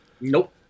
Nope